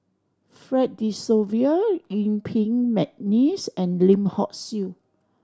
Fred De Souza Yuen Peng McNeice and Lim Hock Siew